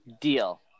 Deal